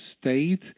state